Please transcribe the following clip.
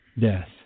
death